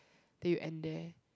then you end there